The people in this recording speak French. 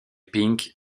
pink